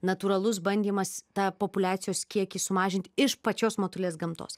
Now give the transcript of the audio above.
natūralus bandymas tą populiacijos kiekį sumažint iš pačios motulės gamtos